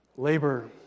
Labor